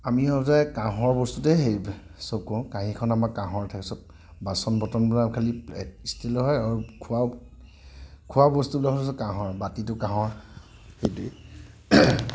আমি সদায় কাঁহৰ বস্তুতে হেৰি চাকোঁ কাঁহীখন আমাৰ কাঁহত হয় সব বাচন বৰ্তনবিলাক খালী এই ষ্টিলৰেই হয় আৰু খোৱা খোৱা বস্তুবিলাক হৈছে কাঁহৰ বাতিটো কাঁহৰ সেইটোৱে